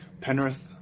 Penrith